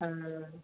औ